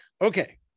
Okay